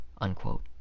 Unquote